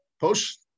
post